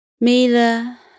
Mila